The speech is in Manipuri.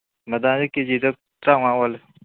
ꯕꯗꯥꯝꯗꯤ ꯀꯦ ꯖꯤꯗ ꯇ꯭ꯔꯥꯉꯥ ꯑꯣꯜꯂꯤ